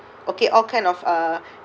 okay all kind of uh